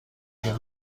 این